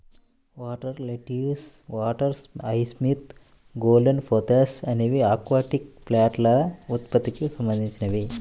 water lettuce, water hyacinth, golden pothos అనేవి aquatic ప్లాంట్ల ఉత్పత్తికి సంబంధించినవి